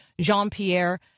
Jean-Pierre